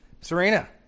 Serena